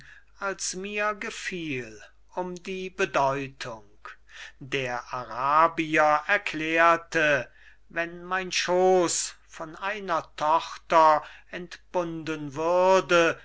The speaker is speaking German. als mir gefiel um die bedeutung der arabier erklärte wenn mein schooß von einer tochter entbunden würde